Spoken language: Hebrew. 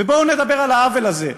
ובואו נדבר על העוול הזה.